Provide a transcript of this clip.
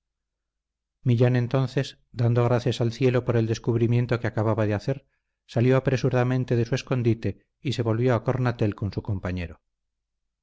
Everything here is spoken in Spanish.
millán entonces dando gracias al cielo por el descubrimiento que acababa de hacer salió apresuradamente de su escondite y se volvió a cornatel con su compañero